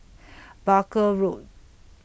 Barker Road